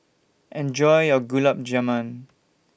Enjoy your Gulab Jamun